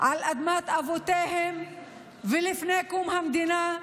על אדמת אבותיהם מלפני קום המדינה,